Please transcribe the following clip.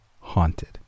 haunted